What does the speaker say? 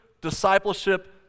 discipleship